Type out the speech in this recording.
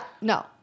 No